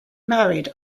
married